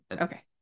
okay